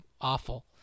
awful